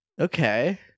Okay